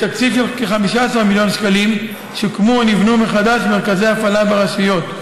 בתקציב של כ-15 מיליון שקלים שוקמו או נבנו מחדש מרכזי הפעלה ברשויות,